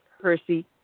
Percy